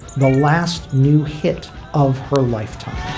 the last new hit of her lifetime,